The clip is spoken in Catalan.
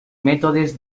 mètodes